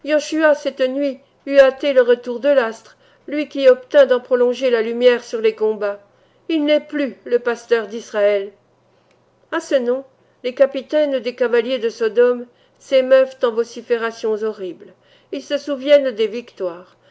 cette nuit eût hâté le retour de l'astre lui qui obtint d'en prolonger la lumière sur les combats il n'est plus le pasteur d'israël à ce nom les capitaines des cavaliers de sodome s'émeuvent en vociférations horribles ils se souviennent des victoires